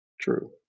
True